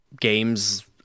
games